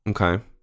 okay